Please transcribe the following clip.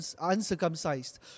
uncircumcised